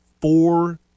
four